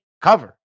cover